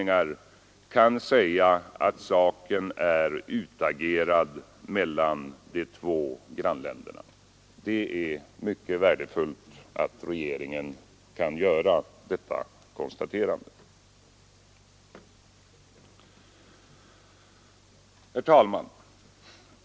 Herr talman!